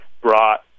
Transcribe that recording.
brought